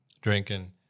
drinking